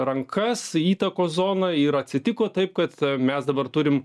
rankas įtakos zoną ir atsitiko taip kad mes dabar turim